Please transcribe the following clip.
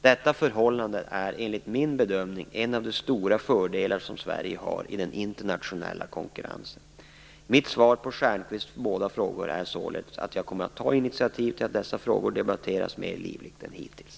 Detta förhållande är, enligt min bedömning, en av de stora fördelar som Sverige har i den internationella konkurrensen. Mitt svar på Lars Stjernkvists båda frågor är således att jag kommer att ta initiativ till att dessa frågor debatteras mera livligt än hittills.